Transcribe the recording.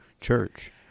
church